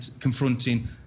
confronting